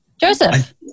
Joseph